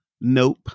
Nope